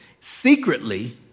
secretly